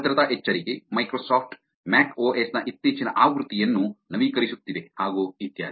ಭದ್ರತಾ ಎಚ್ಚರಿಕೆ Microsoft macOS ನ ಇತ್ತೀಚಿನ ಆವೃತ್ತಿಯನ್ನು ನವೀಕರಿಸುತ್ತಿದೆ ಹಾಗು ಇತ್ಯಾದಿ